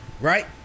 Right